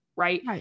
right